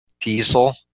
diesel